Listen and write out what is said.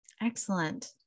Excellent